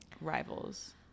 rivals